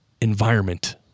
environment